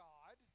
God